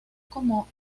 como